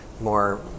more